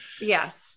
Yes